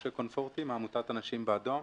משה קונפורטי, מעמותת אנשים באדום.